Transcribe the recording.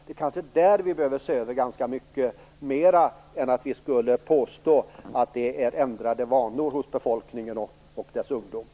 Det är kanske mer det vi behöver se över, än att påstå att det behövs ändrade vanor hos befolkningen och ungdomen.